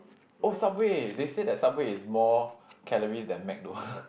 oh Subway they said that Subway is more calories than Mac though